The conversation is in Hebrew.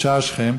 בשער שכם,